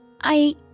I